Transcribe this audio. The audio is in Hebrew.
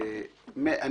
מה קרה?